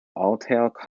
coverts